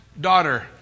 daughter